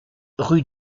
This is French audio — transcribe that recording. rue